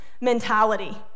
mentality